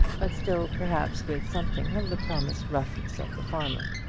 but still, perhaps, with something of the promised roughness of the farmer.